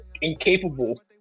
incapable